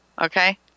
okay